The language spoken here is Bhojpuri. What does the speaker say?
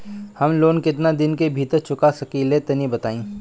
हम लोन केतना दिन के भीतर चुका सकिला तनि बताईं?